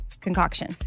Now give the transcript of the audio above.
concoction